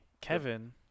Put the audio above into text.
kevin